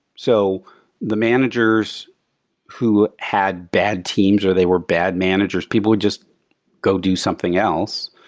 so the managers who had bad teams or they were bad managers, people would just go do something else.